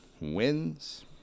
wins